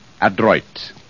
adroit